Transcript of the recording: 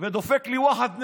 ודופק לי ואחד נאום,